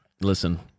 Listen